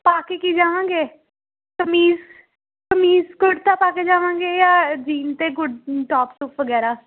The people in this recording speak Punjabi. ਪਾ ਕੇ ਕੀ ਜਾਵਾਂਗੇ ਕਮੀਜ਼ ਕਮੀਜ਼ ਕੁੜਤਾ ਪਾ ਕੇ ਜਾਵਾਂਗੇ ਜਾਂ ਜੀਨ 'ਤੇ ਕੁੜਤਾ ਟੋਪ ਟੂਪ ਵਗੈਰਾ